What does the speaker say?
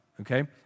okay